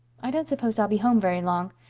i don't suppose i'll be home very long.